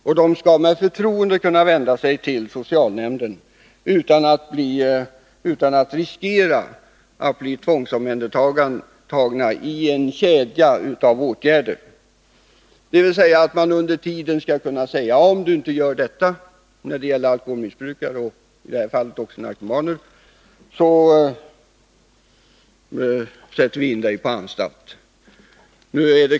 Människorna skall med förtroende kunna vända sig till socialnämnden utan att riskera att bli tvångsomhändertagna i en kedja av åtgärder som innebär att man säger: Om du inte gör så här — det gäller alkoholmissbrukare och i det här fallet även narkomaner — sätter vi in dig på Nr 52 anstalt.